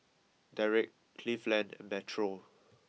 Derrick Cleveland and Metro